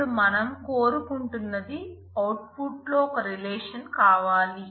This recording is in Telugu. ఇప్పుడు మనం కోరుకుంటున్నది అవుట్ పుట్ R లో భాగం కావాలి